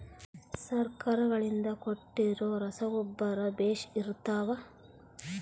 ಸರ್ಕಾರಗಳಿಂದ ಕೊಟ್ಟಿರೊ ರಸಗೊಬ್ಬರ ಬೇಷ್ ಇರುತ್ತವಾ?